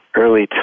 early